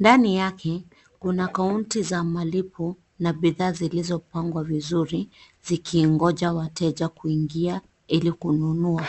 Ndani yake kuna kounti za malipo na bidhaa zilizopangwa vizuri zikingoja wateja kuingia ili kununua.